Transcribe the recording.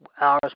hours